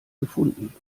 gefunden